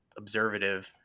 observative